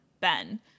Ben